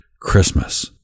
Christmas